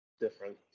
different